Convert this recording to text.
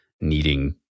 needing